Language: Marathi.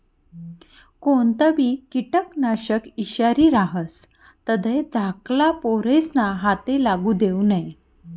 कोणतंबी किटकनाशक ईषारी रहास तधय धाकल्ला पोरेस्ना हाते लागू देवो नै